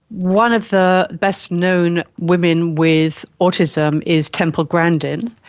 one of the best known women with autism is temple grandin,